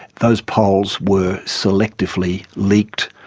those polls were selectively leaked,